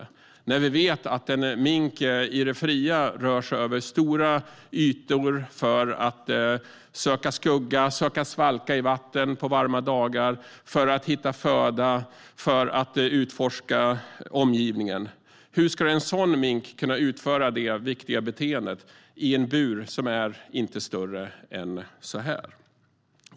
Vi vet att en mink i det fria rör sig över stora ytor för att söka skugga, söka svalka i vatten på varma dagar, hitta föda och utforska omgivningen. Hur ska en mink kunna utföra det viktiga beteendet i en så liten bur?